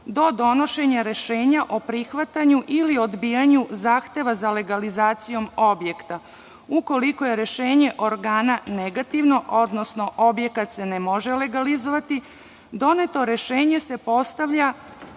do donošenja rešenja o prihvatanju ili odbijanju zahteva za legalizacijom objekta. Ukoliko je rešenje organa negativno, odnosno objekat se ne može legalizovati, doneto rešenje se dostavlja